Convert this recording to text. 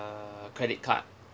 credit card